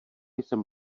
jsem